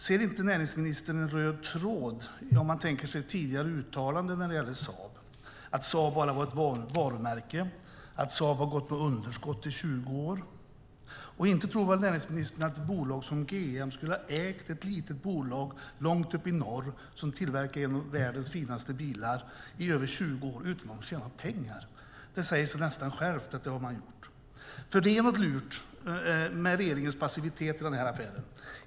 Ser inte näringsministern en röd tråd i detta om vi tänker oss tidigare uttalanden när det gäller Saab, att Saab bara var ett varumärke och att Saab hade gått med underskott i 20 år? Inte tror väl näringsministern att ett bolag som GM i över 20 år skulle ha ägt ett litet bolag långt upp i norr som tillverkade en av världens finaste bilar utan att tjäna pengar? Det säger sig nästan självt att man gjort det. Det är något lurt med regeringens passivitet i den här affären.